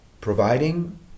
providing